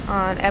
on